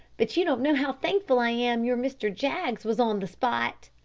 but you don't know how thankful i am your mr. jaggs was on the spot.